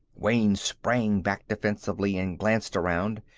wayne sprang back defensively and glanced around.